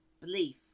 belief